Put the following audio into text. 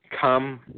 come